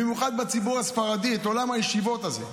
במיוחד בציבור הספרדי, את עולם הישיבות הזה,